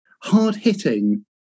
hard-hitting